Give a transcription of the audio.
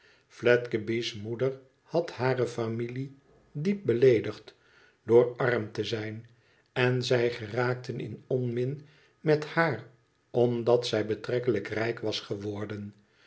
fledgeby moeder had hare familie diep beleedigd door arm te zijn en zij geraakten in onmin met haar omdat zij betrekkelijk rijk was geworden